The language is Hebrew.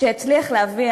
שהצליח להביא,